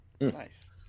Nice